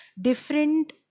different